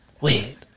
Wait